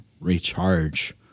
recharge